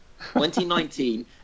2019